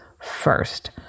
first